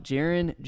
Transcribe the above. Jaron